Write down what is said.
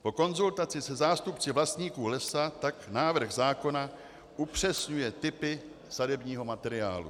Po konzultaci se zástupci vlastníků lesa tak návrh zákona upřesňuje typy sadebního materiálu.